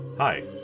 Hi